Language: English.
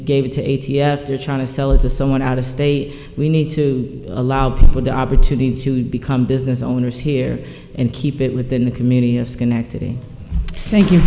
gave it to a t f they're trying to sell it to someone out of state we need to allow people the opportunity to become business owners here and keep it within the community of schenectady thank you